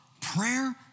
Prayer